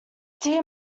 dear